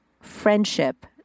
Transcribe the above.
friendship